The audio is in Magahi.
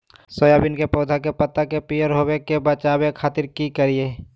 सोयाबीन के पौधा के पत्ता के पियर होबे से बचावे खातिर की करिअई?